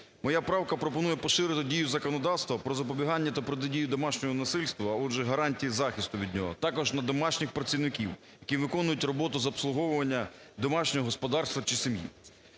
Моя правка пропонує поширити дію законодавства про запобігання та протидію домашньому насильству, а отже гарантії захисту від нього також на домашніх працівників. Які виконують роботу з обслуговування домашнього господарства чи сім'ї.